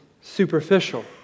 superficial